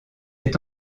est